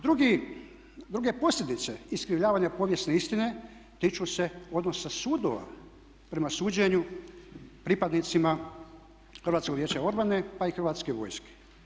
Druge posljedice iskrivljavanja povijesne istine tiču se odnosa sudova prema suđenju pripadnicima Hrvatskog vijeća obrane, pa i Hrvatske vojske.